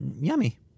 Yummy